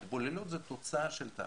התבוללות זו תוצאה של תהליך,